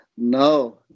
no